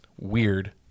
Weird